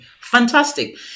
Fantastic